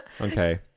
Okay